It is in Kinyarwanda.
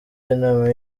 y’inama